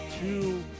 two